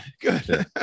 good